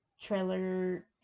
trailer